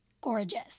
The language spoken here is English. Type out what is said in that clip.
gorgeous